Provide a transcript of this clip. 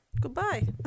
Goodbye